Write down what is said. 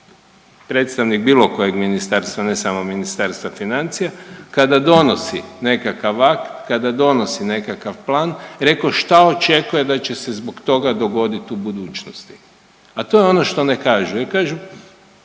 predstavnik bilo kojeg ministarstva ne samo Ministarstva financija kada donosi nekakav akt, kada donosi nekakav plan, reko šta očekuje da će se zbog toga dogodit u budućnosti, a to je ono što ne kažu